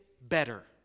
better